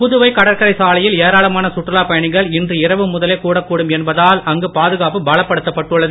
புதுவை கடற்கரைச் சாலையில் ஏராளமான சுற்றுலா பயணிகள் இன்று இரவு முதலே கூடக் கூடும் என்பதால் அங்கு பாதுகாப்பு பலப்படுத்தப்பட்டுள்ளது